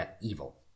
evil